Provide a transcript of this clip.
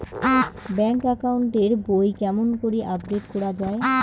Bank account এর বই কেমন করি আপডেট করা য়ায়?